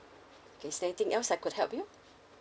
kay~ is there anything else I could help you